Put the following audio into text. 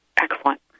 Excellent